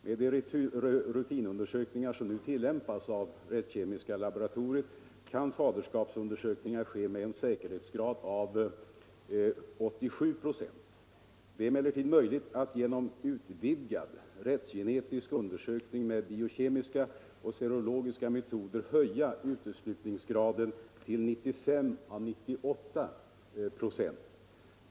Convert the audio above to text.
Med de rutinundersökningar som nu tillämpas av rättskemiska laboratoriet kan faderskapsundersökningar ske med en säkerhetsgrad av 87 96. Det är emellertid möjligt att genom utvidgad rättsgenetisk undersökning med biokemiska och serologiska metoder höja uteslutningsgraden till 95 å 98 96.